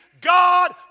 God